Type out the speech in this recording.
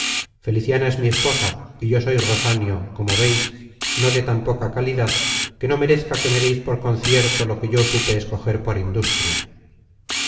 padres feliciana es mi esposa y yo soy rosanio como veis no de tan poca calidad que no merezca que me deis por concierto lo que yo supe escoger por industria